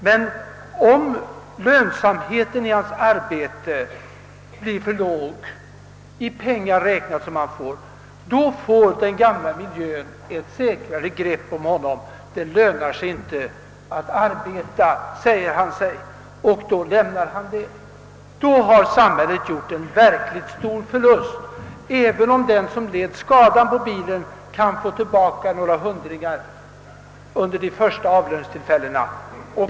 Men om lönsamheten av hans arbete blir för låg i pengar räknat, får den gamla miljön ett säkrare grepp om honom. Det lönar sig inte att arbeta, säger han sig och lämnar sin sysselsättning. Då har samhället gjort en verkligt stor förlust, även om den som lidit ska da på t.ex. bilen kunnat få tillbaka några hundra kronor vid de första avlöningstillfällena.